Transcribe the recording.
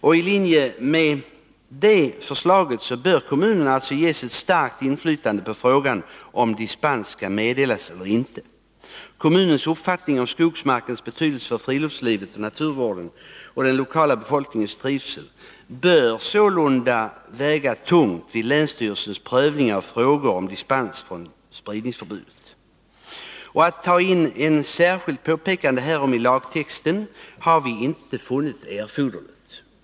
I linje med det förslaget bör kommunen ges ett starkt inflytande på frågan om dispens skall meddelas eller inte. Kommunens uppfattning om skogsmarkens betydelse för friluftslivet, naturvården och den lokala befolkningens trivsel bör sålunda väga tungt vid länsstyrelsens prövning av frågor om dispens från spridningsförbudet. Att ta in ett särskilt påpekande härom i lagtexten har vi inte funnit erforderligt.